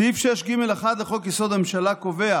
סעיף 6(ג)(1) לחוק-יסוד: הממשלה קובע